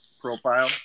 profile